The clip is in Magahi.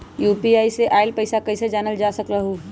यू.पी.आई से आईल पैसा कईसे जानल जा सकहु?